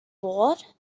bored